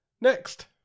Next